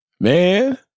Man